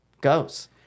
goes